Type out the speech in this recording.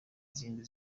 izindi